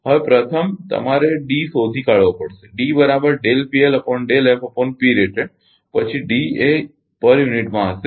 હવે પ્રથમ તમારે Dડી શોધી કાઢવો પડશે પછી Dડી એ યુનિટ દીઠ માં હશે